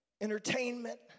Entertainment